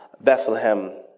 Bethlehem